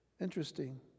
interesting